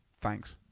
Thanks